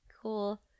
cool